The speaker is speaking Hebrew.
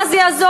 מה זה יעזור?